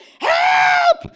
Help